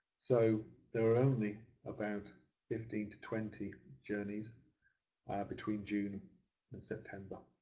so there are only about fifteen to twenty journeys between june and september,